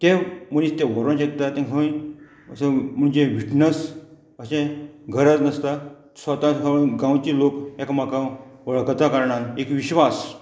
ते मनीस तें व्हरोंक शकता तें खंय असो म्हणजे व्हिटनस अशें गरज नासता स्वता जावन गांवचे लोक एकामेकां वळखता कारणान एक विश्वास